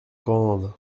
grande